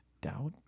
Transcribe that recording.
doubt